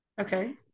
Okay